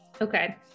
Okay